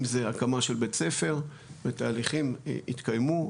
אם זה הקמה של בית ספר, ותהליכים התקיימו.